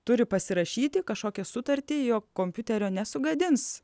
turi pasirašyti kažkokią sutartį jog kompiuterio nesugadins